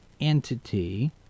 entity